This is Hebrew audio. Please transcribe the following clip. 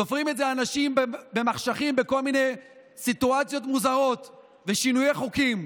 תופרים את זה אנשים במחשכים בכל מיני סיטואציות מוזרות ושינויי חוקים.